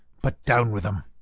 but down with em.